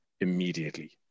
immediately